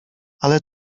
ale